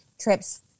trips